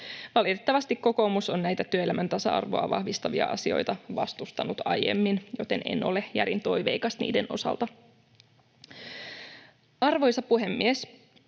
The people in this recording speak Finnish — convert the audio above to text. Valitettavasti kokoomus on näitä työelämän tasa-arvoa vahvistavia asioita vastustanut aiemmin, joten en ole järin toiveikas niiden osalta. Arvoisa puhemies!